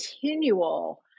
continual